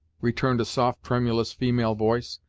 returned a soft tremulous female voice.